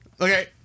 okay